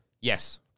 Yes